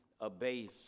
abase